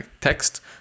text